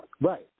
Right